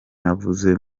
navuze